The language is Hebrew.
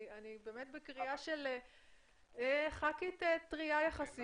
זו קריאה של חברת כנסת טרייה יחסית,